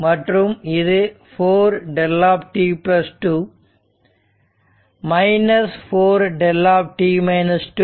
மற்றும் இது 4 δt2 4 δ